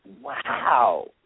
wow